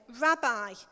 Rabbi